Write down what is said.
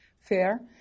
fair